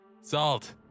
Salt